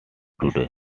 today